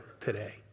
today